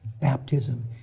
baptism